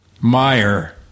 Meyer